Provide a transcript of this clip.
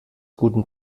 guten